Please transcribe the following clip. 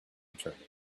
returning